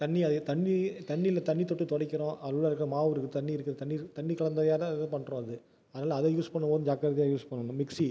தண்ணி அதே தண்ணி தண்ணியில் தண்ணி தொட்டு துடைக்கிறோம் அதில் இருக்கிற மாவு இருக்குது தண்ணி இருக்குது தண்ணீர் தண்ணி கலந்தையால இது பண்ணுறோம் அது அதனால் அதை யூஸ் பண்ணும் போது ஜாக்கரதையா யூஸ் பண்ணணும் மிக்சி